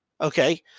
Okay